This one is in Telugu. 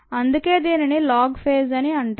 అందుకే దీనిని లోగ్ ఫేజ్ అని అంటారు